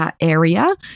Area